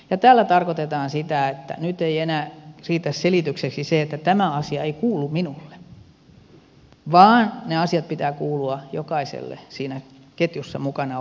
tällä tarkoitetaan sitä että nyt ei enää riitä selitykseksi se että tämä asia ei kuulu minulle vaan niiden asioiden pitää kuulua jokaiselle siinä ketjussa mukana olevalle